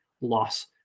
loss